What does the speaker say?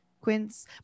quince